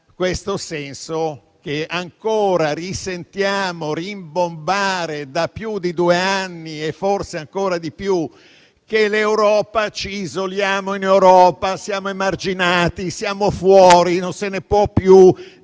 qualcosa che ancora sentiamo rimbombare da più di due anni (forse ancora di più), ossia che ci isoliamo in Europa, siamo emarginati, siamo fuori e non se ne può più